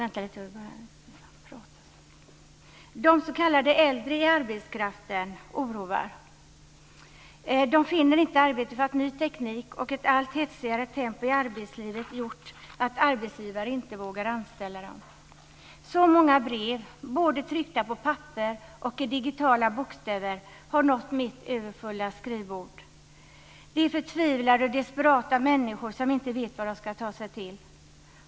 De s.k. äldre i arbetskraften oroar. De finner inte arbete därför att ny teknik och ett allt hetsigare tempo i arbetslivet gjort att arbetsgivare inte vågar anställa dem. Många brev, både sådana som är tryckta på papper och digitala, har nått mitt överfulla skrivbord. Det är förtvivlade och desperata människor som inte vet vad de ska ta sig till.